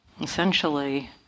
Essentially